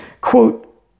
Quote